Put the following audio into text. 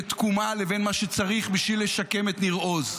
למינהלת תקומה לבין מה שצריך בשביל לשקם את ניר עוז.